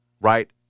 Right